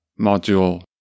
module